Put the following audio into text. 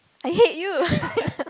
I hate you